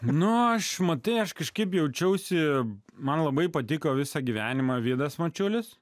na aš matai aš kažkaip jaučiausi man labai patiko visą gyvenimą vidas mačiulis